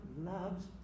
loves